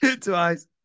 Twice